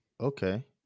okay